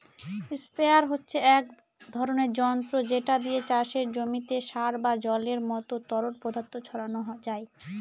sprayer হচ্ছে এক ধরণের যন্ত্র যেটা দিয়ে চাষের জমিতে সার বা জলের মত তরল পদার্থ ছড়ানো যায়